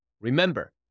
Remember